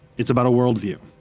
it's about a worldview.